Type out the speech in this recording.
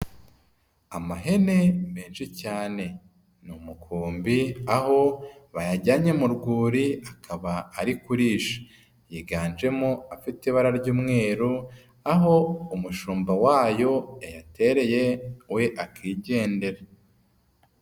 Amahene menshi cyane, ni umukumbi aho bayajyanye mu rwuri akaba ari kurisha, yiganjemo afite ibara ry'umweru, aho umushumba wayo yayatereye we akigendera.